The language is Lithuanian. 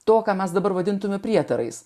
to ką mes dabar vadintumėme prietarais